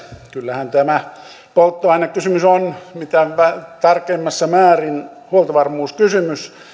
kyllähän tämä polttoainekysymys on mitä tärkeimmässä määrin huoltovarmuuskysymys